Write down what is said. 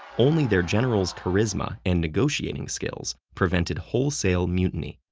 only their general's charisma and negotiating skills prevented wholesale mutiny.